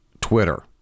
Twitter